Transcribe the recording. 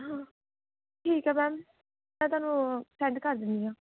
ਹਾਂ ਠੀਕ ਹੈ ਮੈਮ ਮੈਂ ਤੁਹਾਨੂੰ ਸੈਂਡ ਕਰ ਦਿੰਦੀ ਹਾਂ